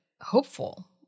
hopeful